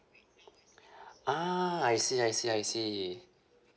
ah I see I see I see